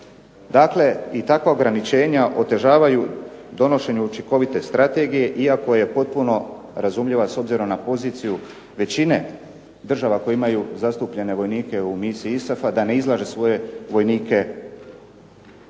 Dakle, i takva ograničenja otežavaju donošenje učinkovite strategije iako je potpuno razumljiva s obzirom na poziciju većine država koje imaju zastupljene vojnike u misiji ISAF-a da ne izlaže svoje vojnike rizicima stradavanja